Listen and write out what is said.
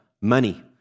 money